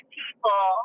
people